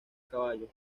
caballos